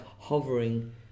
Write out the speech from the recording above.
hovering